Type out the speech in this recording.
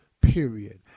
Period